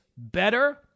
Better